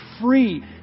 free